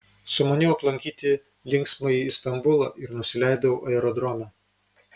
sumaniau aplankyti linksmąjį istambulą ir nusileidau aerodrome